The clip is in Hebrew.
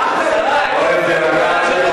אורן, תירגע, שב במקום.